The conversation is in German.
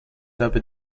dabei